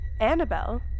Annabelle